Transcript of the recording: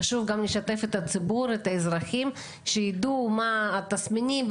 חשוב לשתף את הציבור והאזרחים שיידעו מה התסמינים,